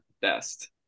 best